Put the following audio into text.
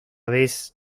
vez